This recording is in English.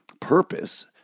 purpose